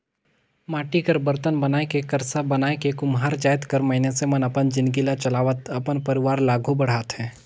माटी कर बरतन बनाए के करसा बनाए के कुम्हार जाएत कर मइनसे मन अपन जिनगी ल चलावत अपन परिवार ल आघु बढ़ाथे